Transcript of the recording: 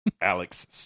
Alex